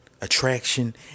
attraction